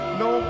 no